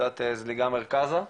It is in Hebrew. קצת זליגה מרכזה.